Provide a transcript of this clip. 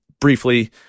briefly